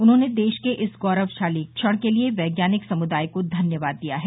उन्होंने देश के इस गौरवशाली क्षण के लिए वैज्ञानिक समुदाय को धन्यवाद दिया है